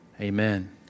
Amen